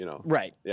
Right